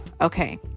okay